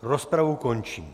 Rozpravu končím.